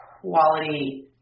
quality